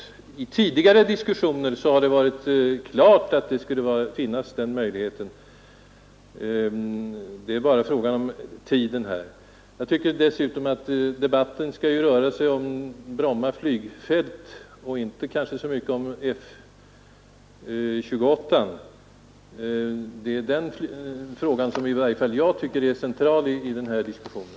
Vid tidigare diskussioner har det däremot stått klart att den möjligheten skulle finnas. Det är bara fråga om tiden här. För övrigt tycker jag att debatten mera borde röra sig om Bromma flygfält och kanske inte så mycket om jetplanet Fokker F-28. Det är alltså frågan om flygplatsen som i varje fall jag anser vara det centrala i den här diskussionen.